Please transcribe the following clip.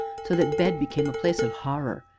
so that bed became a place of horror,